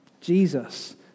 Jesus